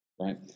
right